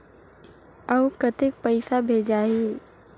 अउ कतेक पइसा भेजाही?